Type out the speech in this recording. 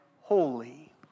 holy